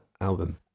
album